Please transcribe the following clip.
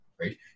right